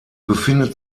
befindet